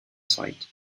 sight